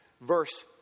verse